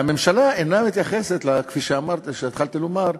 הממשלה אינה מתייחסת אליו, כפי שהתחלתי לומר,